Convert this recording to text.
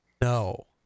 No